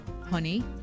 Honey